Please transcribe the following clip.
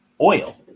oil